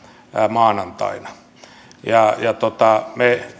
maanantaina me